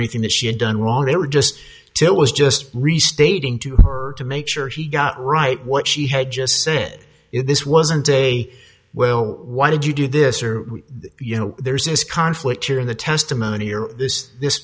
anything that she had done wrong they were just too it was just restating to her to make sure she got right what she had just said this wasn't a well why did you do this or you know there's this conflict here in the testimony or this this